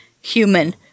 human